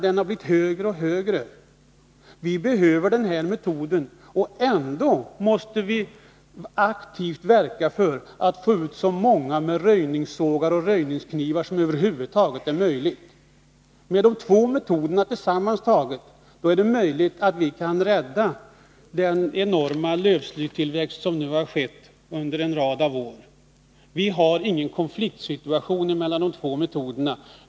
Den har blivit högre och högre. Vi behöver den här metoden, och ändå måste vi aktivt verka för att få ut så många med röjningssågar och röjningsknivar som över huvud taget är möjligt. Med de två metoderna tillsammantagna är det möjligt att vi kan rädda situationen när det gäller den enorma lövslytillväxt som nu har skett under en rad år. Vi har ingen konflikt mellan de två metoderna.